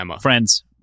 friends